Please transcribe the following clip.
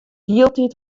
hieltyd